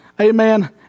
Amen